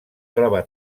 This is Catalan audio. troba